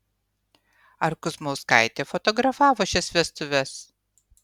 ar kuzmauskaitė fotografavo šias vestuves